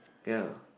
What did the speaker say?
ya